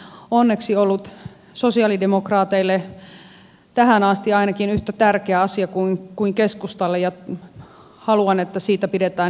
se on onneksi ollut sosialidemokraateille tähän asti ainakin yhtä tärkeä asia kuin keskustalle ja haluan että siitä pidetään jatkossakin huolta